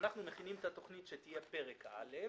אנחנו מכינים את התוכנית שתהיה פרק א',